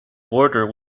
border